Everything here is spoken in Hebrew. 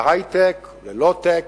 להיי-טק, ל-low-tech,